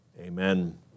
Amen